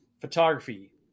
photography